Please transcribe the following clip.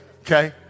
Okay